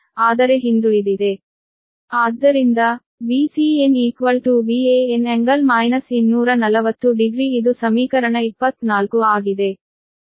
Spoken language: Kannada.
ಆದ್ದರಿಂದ Vcn Van∟ 240 ಡಿಗ್ರಿ ಇದು ಸಮೀಕರಣ 24 ಆಗಿದೆ